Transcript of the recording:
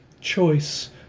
choice